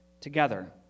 together